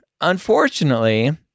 unfortunately